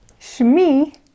Shmi